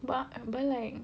but I'm like